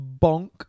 bonk